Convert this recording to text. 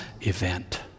event